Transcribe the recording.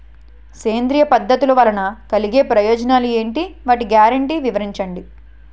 సేంద్రీయ పద్ధతుల వలన కలిగే ప్రయోజనాలు ఎంటి? వాటి గ్యారంటీ వివరించండి?